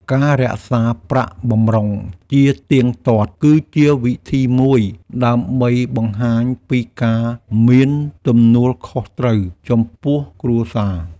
ការរក្សាប្រាក់បម្រុងជាទៀងទាត់គឺជាវិធីមួយដើម្បីបង្ហាញពីការមានទំនួលខុសត្រូវចំពោះគ្រួសារ។